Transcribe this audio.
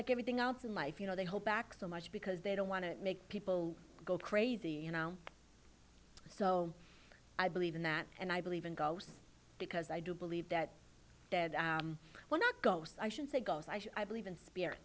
like everything else in life you know they hold back so much because they don't want to make people go crazy and so i believe in that and i believe in ghosts because i do believe that dead well not go so i should say goes i believe in spirit